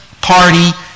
party